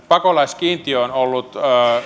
pakolaiskiintiö on ollut